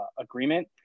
agreement